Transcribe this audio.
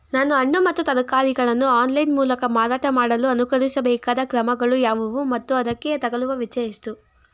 ನಾನು ಹಣ್ಣು ಮತ್ತು ತರಕಾರಿಗಳನ್ನು ಆನ್ಲೈನ ಮೂಲಕ ಮಾರಾಟ ಮಾಡಲು ಅನುಸರಿಸಬೇಕಾದ ಕ್ರಮಗಳು ಯಾವುವು ಮತ್ತು ಅದಕ್ಕೆ ತಗಲುವ ವೆಚ್ಚ ಎಷ್ಟು?